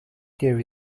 there